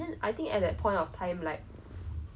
他们在食物里找到一个虫